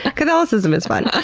ah catholicism is fun.